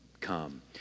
come